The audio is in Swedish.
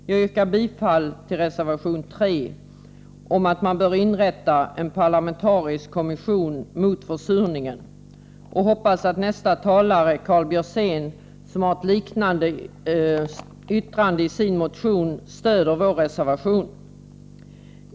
Jag yrkar bifall till reservation 3 om att man bör inrätta en parlamentarisk kommission mot försurningen och hoppas att nästa talare, Karl Björzén, som har ett liknande yttrande i sin motion, stöder vår reservation.